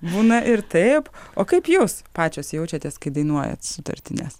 būna ir taip o kaip jūs pačios jaučiatės kai dainuojat sutartines